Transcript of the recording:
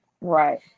Right